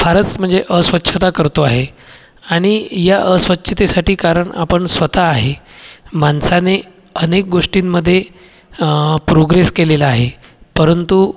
फारच म्हणजे अस्वच्छता करतो आहे आणि या अस्वच्छतेसाठी कारण आपण स्वतः आहे माणसाने अनेक गोष्टींमध्ये प्रोग्रेस केलेला आहे परंतु